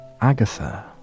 Agatha